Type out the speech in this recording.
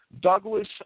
Douglas